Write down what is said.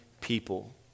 people